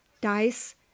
dice